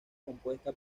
compuesta